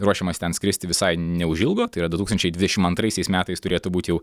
ruošiamas ten skristi visai neužilgo tai yra du tūkstančiai dvidešim antraisiais metais turėtų būt jau